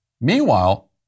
Meanwhile